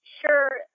sure